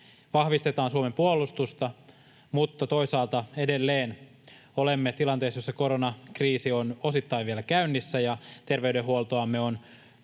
vahvistetaan Suomen puolustusta, mutta toisaalta edelleen olemme tilanteessa, jossa koronakriisi on osittain vielä käynnissä ja terveydenhuoltoamme on